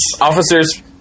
Officers